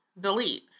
Delete